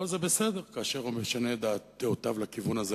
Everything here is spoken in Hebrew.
אבל זה בסדר כאשר הוא משנה את דעותיו לכיוון הזה.